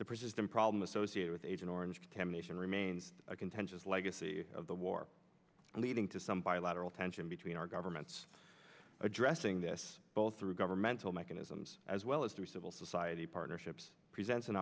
the persistent problem associated with agent orange contamination remains a contentious legacy of the war leading to some bilateral tension between our governments addressing this both through governmental mechanisms as well as through civil society partnerships presents an